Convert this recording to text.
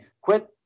Quit